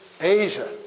Asia